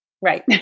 Right